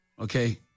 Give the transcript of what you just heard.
okay